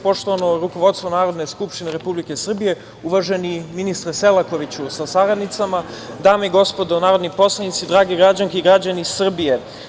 Poštovano rukovodstvo Narodne skupštine Republike Srbije, uvaženi ministre Selakoviću sa saradnicama, dame i gospodo narodni poslanici, dragi građani i građanke Srbije.